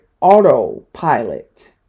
autopilot